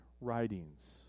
writings